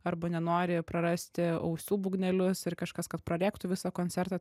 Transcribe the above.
arba nenori prarasti ausų būgnelius ir kažkas kad prarėktų visą koncertą